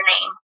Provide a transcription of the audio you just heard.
name